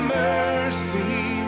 mercy